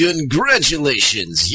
Congratulations